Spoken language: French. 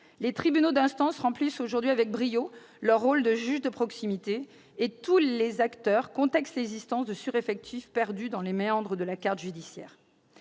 Les tribunaux d'instance remplissent aujourd'hui avec brio leur rôle de juge de proximité et tous les acteurs contestent l'existence de sureffectifs perdus dans les méandres de la carte judiciaire.